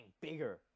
bigger